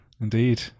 Indeed